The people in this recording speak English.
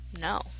No